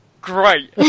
Great